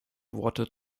worte